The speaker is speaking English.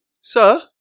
Sir